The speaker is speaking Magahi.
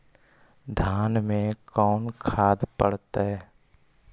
धान मे कोन खाद पड़तै?